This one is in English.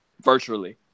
Virtually